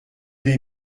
les